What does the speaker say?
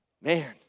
Man